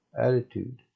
attitude